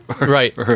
Right